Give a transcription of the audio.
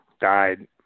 died